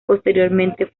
posteriormente